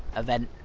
event.